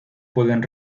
pueden